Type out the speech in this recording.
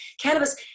Cannabis